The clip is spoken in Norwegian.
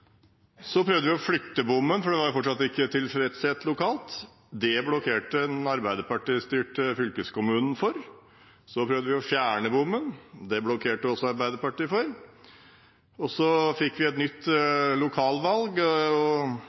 Så prøvde vi å flytte bommen, for det var fortsatt ikke tilfredshet lokalt – det blokkerte den arbeiderpartistyrte fylkeskommunen for. Så prøvde vi å fjerne bommen – det blokkerte også Arbeiderpartiet for. Så fikk vi et nytt lokalvalg,